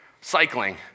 cycling